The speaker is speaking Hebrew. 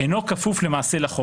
איננו כפוף למעשה לחוק.